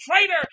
traitor